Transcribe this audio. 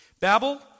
Babel